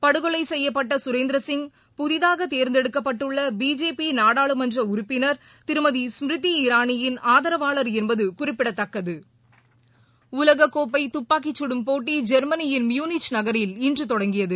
படுகொலைசெய்யப்பட்டசுரேந்திரசிங் புதிதாகதேர்ந்தெடுக்கப்பட்டுள்ளபிஜேபிநாடாளுமன்றஉறுப்பினர் திருமதி ஸ்மிருதி இராணியின் ஆதரவாளர் என்பதுகுறிப்பிடத்தக்கது உலகக்கோப்பைதுப்பாக்கிச் கடும் போட்டிஜெர்மனியின் முனிச் நகரில் இன்றுதொடங்கியது